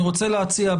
אני רוצה להציע,